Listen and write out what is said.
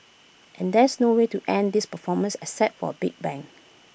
and there's no way to end this performance except for A big bang